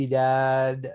dad